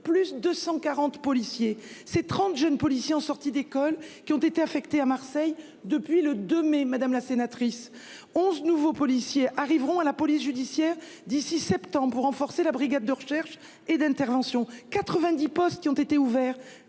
plus de 140 policiers, c'est 30 jeunes policiers en sortie d'école, qui ont été affectés à Marseille depuis le 2 mai, madame la sénatrice 11 nouveaux policiers arriveront à la police judiciaire d'ici septembre pour renforcer la brigade de recherche et d'intervention 90 postes qui ont été ouverts.